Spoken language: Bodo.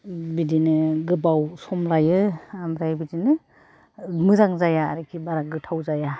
बिदिनो गोबाव सम लायो ओमफ्राय बिदिनो मोजां जाया आरिखि बारा गोथाव जाया